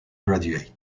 graduate